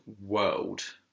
world